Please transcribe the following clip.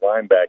linebacker